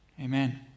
Amen